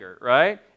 right